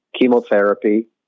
chemotherapy